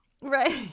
Right